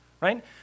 right